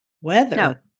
weather